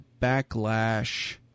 Backlash